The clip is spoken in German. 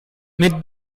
mit